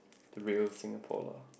the real Singapore lah